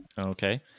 Okay